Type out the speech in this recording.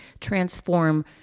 transform